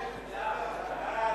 התש"ע 2010,